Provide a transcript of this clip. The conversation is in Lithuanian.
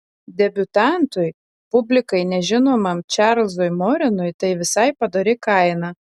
debiutantui publikai nežinomam čarlzui morenui tai visai padori kaina